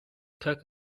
kirk